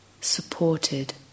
supported